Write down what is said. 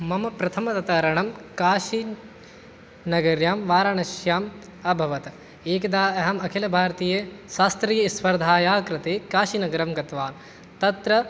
मम प्रथम त् तरणं काशीनगर्यां वाराणस्याम् अभवत् एकदा अहम् अखिलभारतीयशास्त्रीयस्पर्धायाः कृते काशीनगरं गतवान् तत्र